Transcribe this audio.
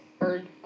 heard